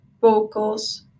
vocals